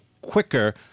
quicker